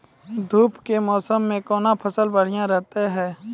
धूप के मौसम मे कौन फसल बढ़िया रहतै हैं?